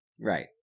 Right